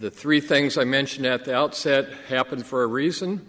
the three things i mentioned at the outset happen for a reason